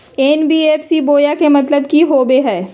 NBFC बोया के मतलब कि होवे हय?